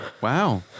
Wow